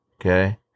okay